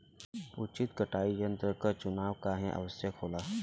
उचित कटाई यंत्र क चुनाव काहें आवश्यक होला?